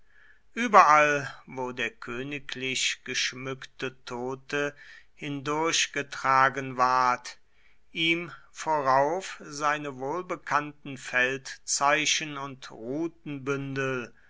überall wo der königlich geschmückte tote hindurchgetragen ward ihm vorauf seine wohlbekannten feldzeichen und